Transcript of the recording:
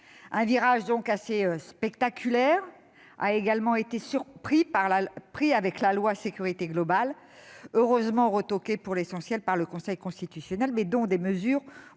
Un virage assez spectaculaire a également été pris avec la loi Sécurité globale, heureusement retoquée pour l'essentiel par le Conseil constitutionnel, mais dont des mesures